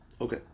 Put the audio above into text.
Okay